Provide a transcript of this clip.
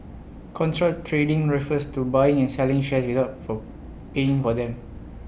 contra trading refers to buying and selling shares without for paying for them